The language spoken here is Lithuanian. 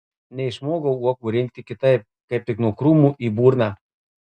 neišmokau uogų rinkti kitaip kaip tik nuo krūmų į burną